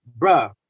bruh